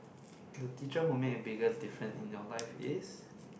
the teacher who make a bigger different in your life is